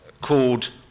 called